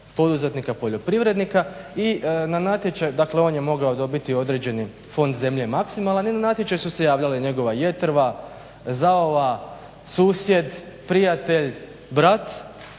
poduzetnika poljoprivrednika i na natječaj on je mogao dobiti određeni fond zemlje maksimalan i na natječaj su se javljali njegova jetrva, zaova, susjed, prijatelj, brat